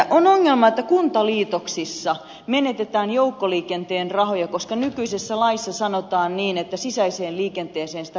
on ongelma että kuntaliitoksissa menetetään joukkoliikenteen rahoja koska nykyisessä laissa sanotaan niin että sisäiseen liikenteeseen sitä rahaa ei saa käyttää